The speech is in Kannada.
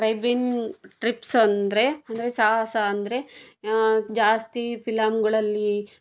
ಕ್ರೈವಿನ್ ಟ್ರಿಪ್ಸ್ ಅಂದರೆ ಅಂದರೆ ಸಾಹಸ ಅಂದರೆ ಜಾಸ್ತಿ ಫಿಲಮ್ಗಳಲ್ಲಿ